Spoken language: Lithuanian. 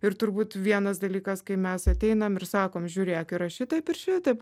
ir turbūt vienas dalykas kai mes ateinam ir sakom žiūrėk yra šitaip ir šitaip